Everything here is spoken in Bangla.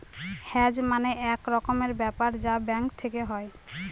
হেজ মানে এক রকমের ব্যাপার যা ব্যাঙ্ক থেকে হয়